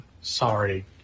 sorry